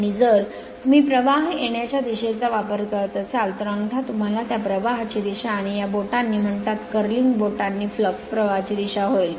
आणि जर तुम्ही प्रवाह येण्याच्या दिशेचा वापर करत असाल तर अंगठा तुम्हाला त्या प्रवाहाची दिशा आणि या बोटांनी म्हणतात कर्लिंग curling बोटांनी फ्लक्स प्रवाहाची दिशा होईल